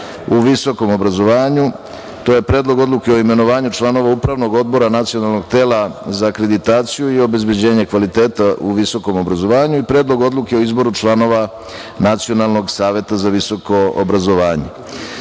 u visokom obrazovanju. To je Predlog odluke o imenovanju članova Upravnog odbora Nacionalnog tela za akreditaciju i obezbeđenje kvaliteta u visokom obrazovanju i Predlog odluke o izboru članova Nacionalnog saveta za visoko obrazovanje. Kao